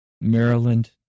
Maryland